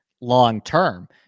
long-term